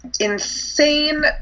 insane